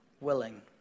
willing